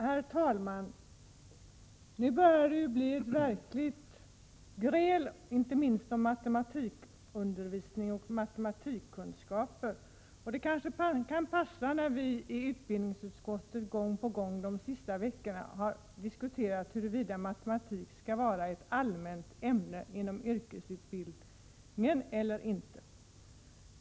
Herr talman! Nu börjar det bli ett verkligt gräl, inte minst om matematikundervisning och matematikkunskaper, och det kanske kan passa när vi i utbildningsutskottet gång på gång de senaste veckorna har diskuterat huruvida matematik skall vara ett allmänt ämne inom yrkesutbildningen eller inte.